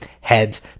heads